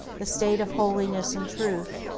the state of holiness and truth,